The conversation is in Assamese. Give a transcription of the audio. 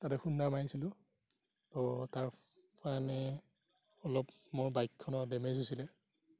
তাতে খুন্দা মাৰিছিলোঁ ত' তাত মানে অলপ মোৰ বাইকখনৰ ডেমেজ হৈছিলে